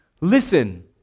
Listen